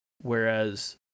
Whereas